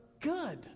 good